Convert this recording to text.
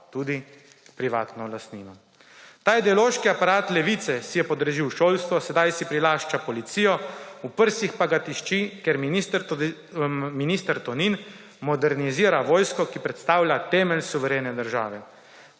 tudi, privatno lastnino. Ta ideološki aparat levice si je podredil šolstvo, sedaj si prilašča policijo. V prsih pa ga tišči, ker minister Tonin modernizira vojsko, ki predstavlja temelj suverene države.